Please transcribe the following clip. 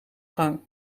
gang